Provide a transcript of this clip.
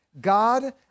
God